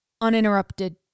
uninterrupted